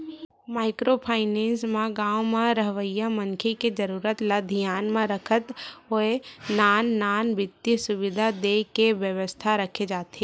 micro finance म गाँव म रहवइया मनखे के जरुरत ल धियान म रखत होय नान नान बित्तीय सुबिधा देय के बेवस्था करे जाथे